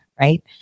Right